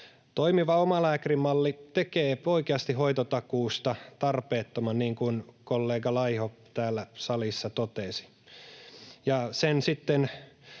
Toimiva omalääkärimalli tekee oikeasti hoitotakuusta tarpeettoman, niin kuin kollega Laiho täällä salissa totesi,